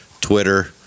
Twitter